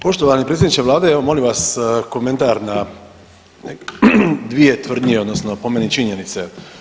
Poštovani predsjedniče vlade evo molim vas komentar na dvije tvrdnje odnosno po meni činjenice.